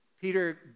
Peter